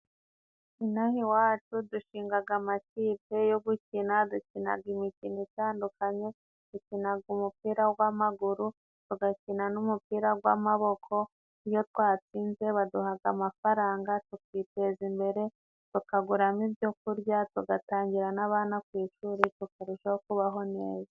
Inaha iwacu dushingaga amakipe yo gukina, dukinaga imikino itandukanye, dukinaga umupira gw'amaguru, tugakina n'umupira gw'amaboko, iyo twatsinze baduhaga amafaranga tukiteza imbere, tukaguramo ibyo kurya, tugatangira n'abana ku ishuri, tukarushaho kubaho neza.